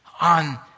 on